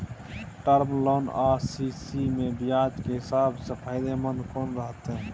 Term loan आ CC म ब्याज के हिसाब से फायदेमंद कोन रहते?